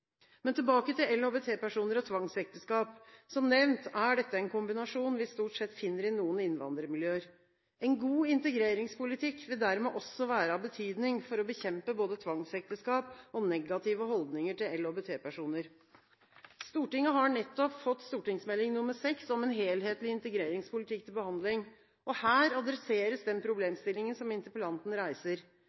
Men tilbake til LHBT-personer og tvangsekteskap: Som nevnt er dette en kombinasjon vi stort sett finner i noen innvandrermiljøer. En god integreringspolitikk vil dermed også være av betydning for å bekjempe både tvangsekteskap og negative holdninger til LHBT-personer. Stortinget har nettopp fått Meld. St. 6 for 2012–2013 om en helhetlig integreringspolitikk til behandling. Her adresseres den problemstillingen som interpellanten reiser.